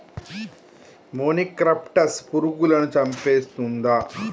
మొనిక్రప్టస్ పురుగులను చంపేస్తుందా?